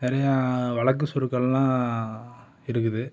நிறையா வழக்கு சொற்கள்லாம் இருக்குது